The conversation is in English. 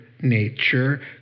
Nature